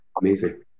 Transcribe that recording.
Amazing